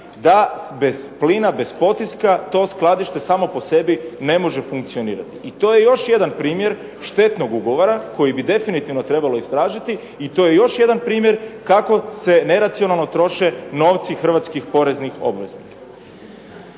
da bez plina, bez potiska to skladište samo po sebi ne može funkcionirati. I to je još jedan primjer štetnog ugovora koji bi definitivno trebalo istražiti i to je još jedan primjer kako se neracionalno troše novci Hrvatskih poreznih obveznika.